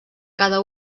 cada